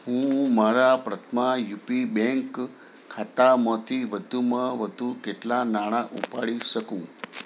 હું મારા Prathama UP bank ખાતામાંથી વધુમાં વધુ કેટલાં નાણા ઉપાડી શકું